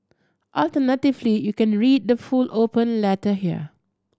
alternatively you can read the full open letter here